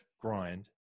grind